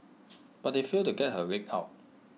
but they failed to get her leg out